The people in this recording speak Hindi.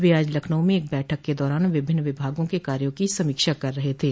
वह आज लखनऊ में एक बैठक के दौरान विभिन्न विभागों के कार्यो की समीक्षा कर रहे थे